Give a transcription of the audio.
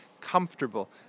comfortable